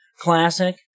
Classic